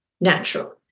natural